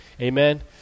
amen